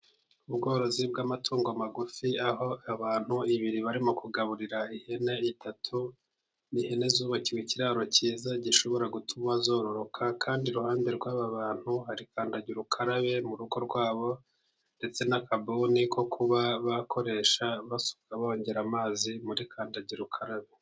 Ubworozi bw'amatungo magufi aho abantu babiri barimo kugaburira ihene eshatu, ihene zubakiwe ikiraro cyiza gishobora gutuma zororoka kandi iruhande rw'aba bantu hari kandagira ukarabe, mu rugo rwabo ndetse n'akabuni ko kuba bakoresha bongera amazi muri kandagira ukarabe.